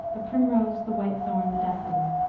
the primrose, the whitethorn, the daffodil.